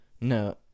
no